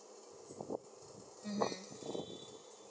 mmhmm